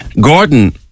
Gordon